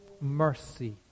mercy